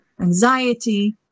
anxiety